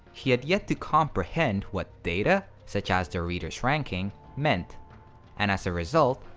he had yet to comprehend what data such as the reader's ranking meant and as a result,